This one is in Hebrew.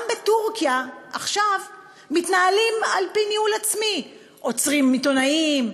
גם בטורקיה עכשיו מתנהלים על-פי ניהול עצמי: עוצרים עיתונאים,